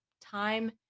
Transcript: time